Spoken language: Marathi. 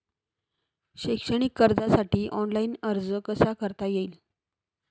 शैक्षणिक कर्जासाठी ऑनलाईन अर्ज कसा करता येईल?